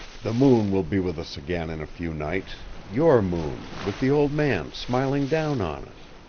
the moon will be with us again in a few nights your moon, with the old man smiling down on us.